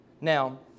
Now